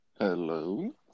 Hello